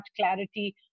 clarity